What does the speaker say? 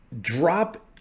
drop